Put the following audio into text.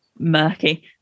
murky